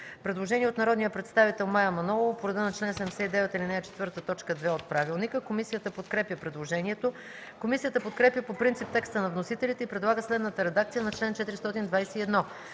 предложение от народния представител Мая Манолова и група народни представители. Комисията подкрепя предложението. Комисията подкрепя по принцип текста на вносителите и предлага следната редакция на § 7: